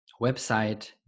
website